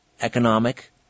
economic